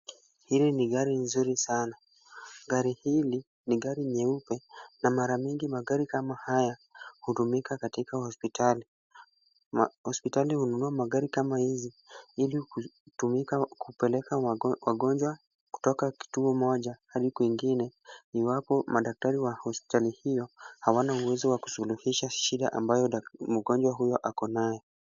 Hili ni gari nzuri sana. Gari hili ni gari nyeupe na mara mingi, magari kama haya hutumika katika hospitali. Hospitali hununua magari kama hizi ili kutumika kupeleka wagonjwa kutoka kituo moja hadi kwingine, iwapo madaktari wa hospitali hiyo hawana uwezo wa kusuluhisha shida ambayo mgonjwa huyo ako nayo.